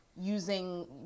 Using